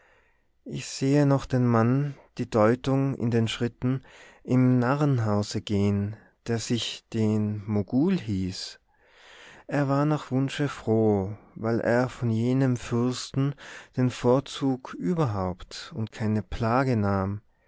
ich sehe noch den mann die deutung in den schritten im narrenhause gehen der sich den mogul hieß er war nach wunsche froh weil er von jenem fürsten den vorgang überhaupt und keine plage nahm